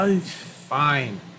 fine